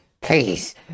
please